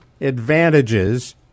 advantages